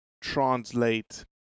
translate